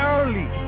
Early